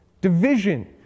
Division